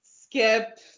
skip